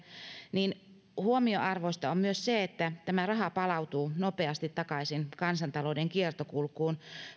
huomionarvoista on myös se että tämä raha palautuu nopeasti takaisin kansantalouden kiertokulkuun